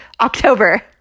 October